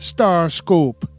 Starscope